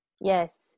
Yes